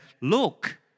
Look